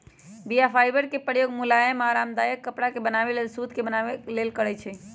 बीया फाइबर के प्रयोग मुलायम आऽ आरामदायक कपरा के बनाबे लेल सुत के बनाबे लेल करै छइ